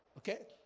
Okay